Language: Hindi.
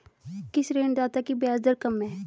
किस ऋणदाता की ब्याज दर कम है?